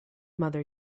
mother